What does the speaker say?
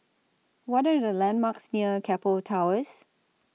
What Are The landmarks near Keppel Towers